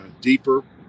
deeper